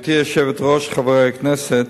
גברתי היושבת-ראש, תודה, חברי הכנסת,